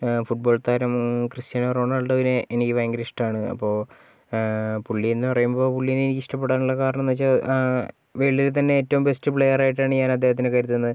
football താരം Cristiano റൊണാള്ഡോയിനെ എനിക്ക് ഭയങ്കര ഇഷ്ടമാണ് അപ്പോൾ പുള്ളി എന്ന് പറയുമ്പോൾ പുള്ളീനെ ഇഷ്ട്ടപ്പെടാനുള്ള കരണം എന്ന് വെച്ചാൽ വെള്ളി തന്നെ ഏറ്റവും ബെസ്ററ് പ്ലെയറായിട്ടാണ് ഞാൻ അദ്ദേഹത്തിനെ കരുതുന്നത്